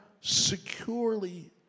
securely